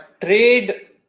trade